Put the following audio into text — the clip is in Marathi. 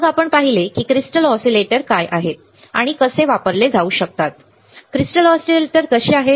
मग आपण पाहिले की क्रिस्टल ऑसीलेटर काय आहेत आणि कसे वापरले जाऊ शकतात क्रिस्टल ऑसिलेटर कसे आहेत